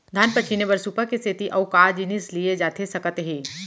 धान पछिने बर सुपा के सेती अऊ का जिनिस लिए जाथे सकत हे?